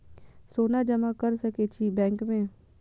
सोना जमा कर सके छी बैंक में?